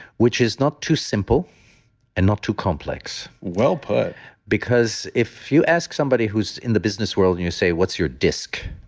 which is not too simple and not too complex well-put because if you ask somebody who's in the business world and you say, what's your disk?